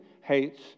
hates